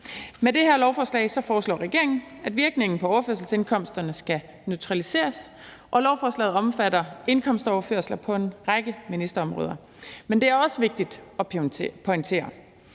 Med det her lovforslag foreslår regeringen, at virkningen på overførselsindkomsterne skal neutraliseres, og lovforslaget omfatter overførselsindkomster på en række ministerområder. Men det er også vigtigt at pointere,